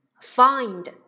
Find